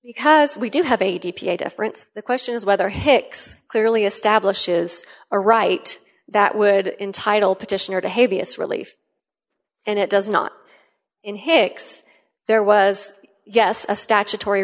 because we do have a d p a difference the question is whether hicks clearly establishes a right that would entitle petitioner to heaviest relief and it does not in hicks there was yes a statutory